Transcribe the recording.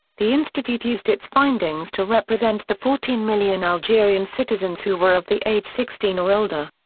the institute used its findings to represent the fourteen million algerian citizens who were of the age sixteen or older.